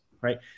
Right